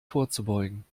vorzubeugen